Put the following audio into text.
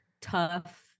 tough